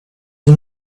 you